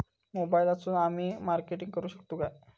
मोबाईलातसून आमी मार्केटिंग करूक शकतू काय?